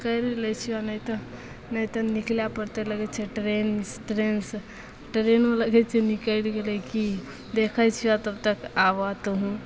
करि लै छिअऽ नहि तऽ नहि तऽ निकलै पड़तै लगै छै ट्रेन ट्रेनसे ट्रेनो लगै छै निकलि गेलै कि देखै छिअऽ तबतक आबऽ तोहूँ